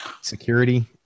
security